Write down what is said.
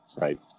Right